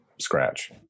scratch